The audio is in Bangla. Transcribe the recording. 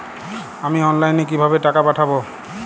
আমি অনলাইনে কিভাবে টাকা পাঠাব?